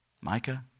Micah